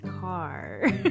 car